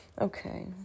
Okay